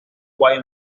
why